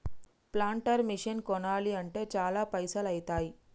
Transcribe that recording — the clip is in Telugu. ప్లాంటర్ మెషిన్ కొనాలి అంటే చాల పైసల్ ఐతాయ్